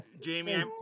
Jamie